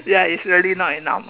ya it's really not enough